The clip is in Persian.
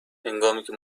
هنگامیکه